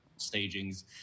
stagings